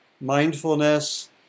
mindfulness